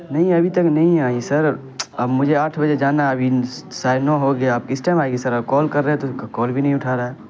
نہیں ابھی تک نہیں آئی سر اب مجھے آٹھ بجے جانا ہے اب ساڑھے نو ہو گیا اب کس ٹائم آئے گی سر اور کال کر رہے ہیں تو کال بھی نہیں اٹھا رہا ہے